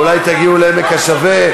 אולי תגיעו לעמק השווה.